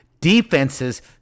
defenses